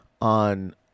on